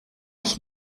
ich